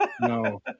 No